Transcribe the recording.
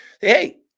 Hey